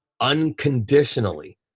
unconditionally